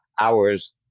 hours